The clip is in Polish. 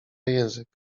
język